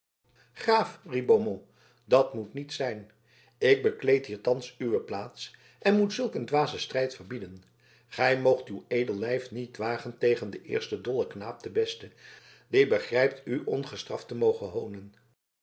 graaf riep beaumont dat moet niet zijn ik bekleed hier thans uwe plaats en moet zulk een dwazen strijd verbieden gij moogt uw edel lijf niet wagen tegen den eersten dollen knaap den besten die begrijpt u ongestraft te mogen hoonen